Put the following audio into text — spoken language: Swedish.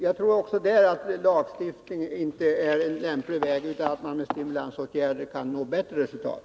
Jag tror att inte heller där lagstiftning är en lämplig väg utan att man genom stimulansåtgärder kan nå bättre resultat.